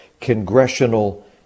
Congressional